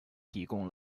提供